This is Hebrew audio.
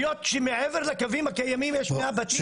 היות שמעבר לקווים הקיימים יש מאה בתים.